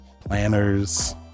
planners